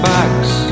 backs